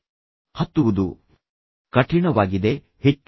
ಈಗ ಹತ್ತುವುದು ಕಠಿಣವಾಗಿದೆ ಕಷ್ಟವಾಗಿದೆ ರಸ್ತೆ ತುಂಬಾ ಕಠಿಣವಾಗಿದೆ